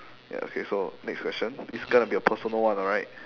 ya okay so next question it's going to be a personal one alright